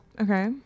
Okay